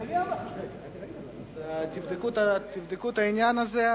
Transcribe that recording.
תבדקו את זה.